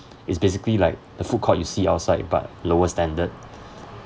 it's basically like the food court you see outside but lower standard